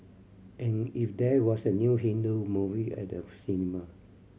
and if there was a new Hindu movie at the cinema